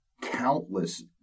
countless